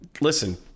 listen